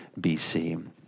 BC